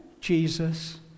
Jesus